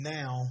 now